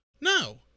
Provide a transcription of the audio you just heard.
No